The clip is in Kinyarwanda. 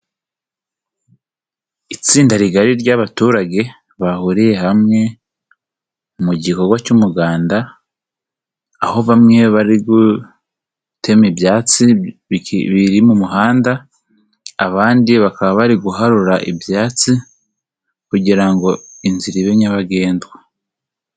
Itsinda rigari ry'abaturage bahuriye hamwe mu gikorwa cy'umuganda, aho bamwe bari gutema ibyatsi biri mu muhanda, abandi bakaba bari guharura ibyatsi kugira ngo inzira ibe nyabagendwa.